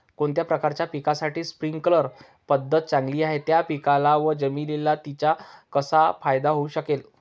कोणत्या प्रकारच्या पिकासाठी स्प्रिंकल पद्धत चांगली आहे? त्या पिकाला व जमिनीला तिचा कसा फायदा होऊ शकेल?